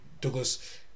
Douglas